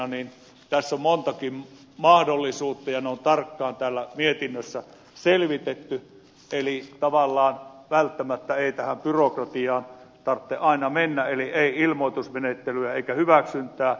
tässä on montakin mahdollisuutta ja ne on tarkkaan mietinnössä selvitetty eli tavallaan välttämättä ei tähän byrokratiaan aina tarvitse mennä eli ei ilmoitusmenettelyä eikä hyväksyntää lahtivajoille